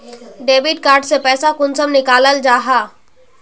Debit card से पैसा कुंसम निकलाल जाहा?